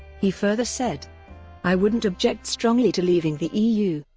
he further said i wouldn't object strongly to leaving the eu.